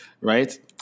right